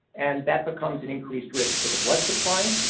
and that becomes an increased risk for the blood supply.